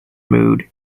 mood